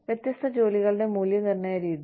വ്യത്യസ്ത ജോലികളുടെ മൂല്യനിർണ്ണയ രീതി